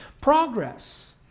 progress